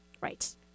Right